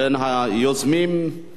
בין היוזמים,